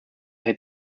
had